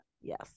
Yes